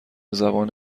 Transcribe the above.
زبان